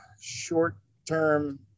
short-term